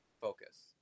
focus